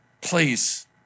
Please